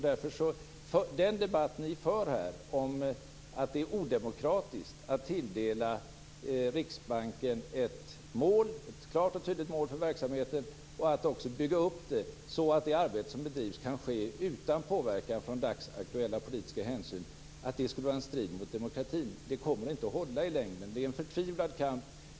Den debatt ni för om att det är odemokratiskt att tilldela Riksbanken ett klart och tydligt mål för verksamheten och att också bygga upp det hela så att det arbete som bedrivs kan ske utan påverkan från dagsaktuella politiska hänsyn kommer inte att hålla i längden. Det är en förtvivlad kamp.